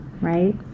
right